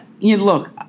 look